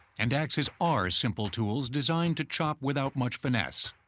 and axes are simple tools, designed to chop without much finesse.